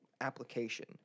application